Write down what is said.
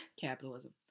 Capitalism